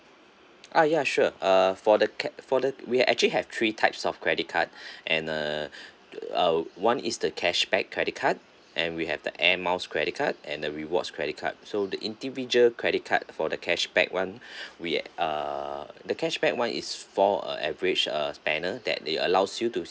ah ya sure uh for the cre~ for the we actually have three types of credit card and uh uh one is the cashback credit card and we have the air miles credit card and the rewards credit card so the individual credit card for the cashback one we err the cashback one is for uh average uh spender that they allows you to